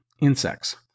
insects